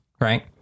right